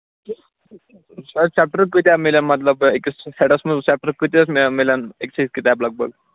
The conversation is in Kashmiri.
سر چیپٹر کۭتیٛاہ میلَن مطلب أکِس ہیڈَس منٛز چیپٹر کۭتیٛاہ حظ میلَن میلَن أکِس أکِس کِتابہِ لگ بگ